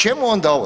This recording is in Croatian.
Čemu onda ovo?